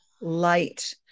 light